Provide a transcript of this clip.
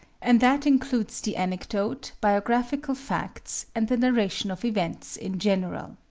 and that includes the anecdote, biographical facts, and the narration of events in general.